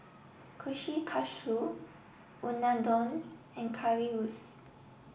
Kushikatsu Unadon and Currywurst